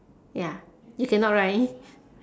ya you cannot right